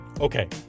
Okay